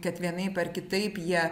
kad vienaip ar kitaip jie